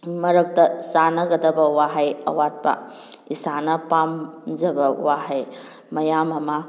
ꯃꯔꯛꯇ ꯆꯥꯟꯅꯒꯗꯕ ꯋꯥꯍꯩ ꯑꯋꯥꯠꯄ ꯏꯁꯥꯅ ꯄꯥꯝꯖꯕ ꯋꯥꯍꯩ ꯃꯌꯥꯝ ꯑꯃ